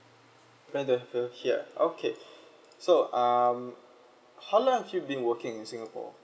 planned to have over here okay so um how long have you been working in singapore